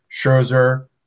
Scherzer